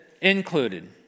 included